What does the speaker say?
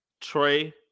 Trey